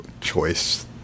choice